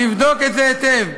תבדוק את זה היטב.